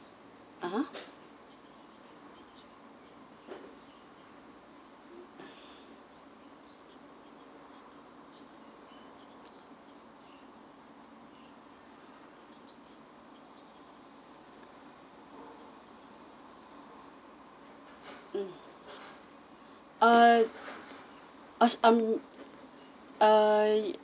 a'ah mm uh um uh